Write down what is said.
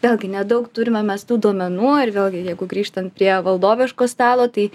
vėlgi nedaug turime mes tų duomenų ir vėlgi jeigu grįžtant prie valdoviško stalo tai